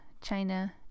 China